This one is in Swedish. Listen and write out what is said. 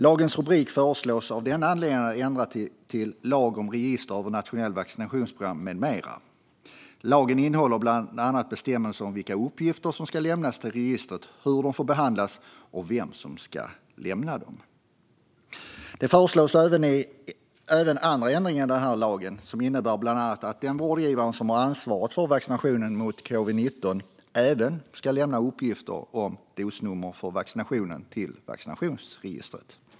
Lagens rubrik föreslås av den anledningen att ändras till lag om register över nationella vaccinationsprogram m.m. Lagen innehåller bland annat bestämmelser om vilka uppgifter som ska lämnas till registret, hur de får behandlas och vem som ska lämna dem. Det föreslås även andra ändringar i lagen som innebär bland annat att den vårdgivare som har ansvarat för en vaccination mot covid-19 även ska lämna uppgift om dosnummer för vaccinationen till vaccinationsregistret.